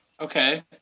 Okay